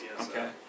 Okay